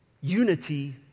Unity